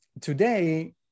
today